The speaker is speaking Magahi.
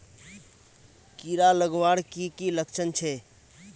कीड़ा लगवार की की लक्षण छे?